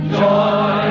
joy